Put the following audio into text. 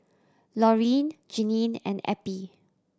Lorene Jeanine and Eppie